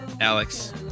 Alex